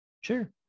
Sure